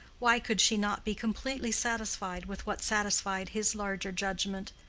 why could she not be completely satisfied with what satisfied his larger judgment?